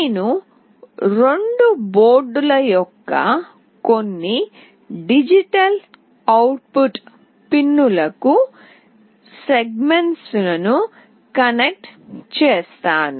నేను రెండు బోర్డుల యొక్క కొన్ని డిజిటల్ అవుట్ పుట్ పిన్లకు సెగ్మెంట్లను కనెక్ట్ చేస్తాను